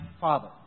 father